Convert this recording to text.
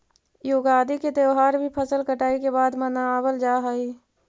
युगादि के त्यौहार भी फसल कटाई के बाद मनावल जा हइ